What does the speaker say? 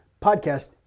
podcast